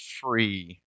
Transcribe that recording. free